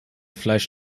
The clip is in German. fleisch